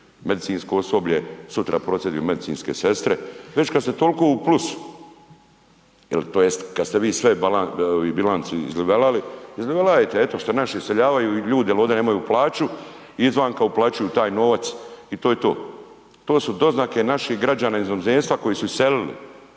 medicinsko osoblje, sutra prosvjeduju medicinske sestre, već kad ste toliko u plusu, tj. kad ste vi sve bilancu …/nerazumljivo/… eto što naši iseljavaju ljudi jel ovde nemaju plaću, izvanka uplaćuju taj novac i to je to. To su doznake naših građana iz inozemstva koji su iselili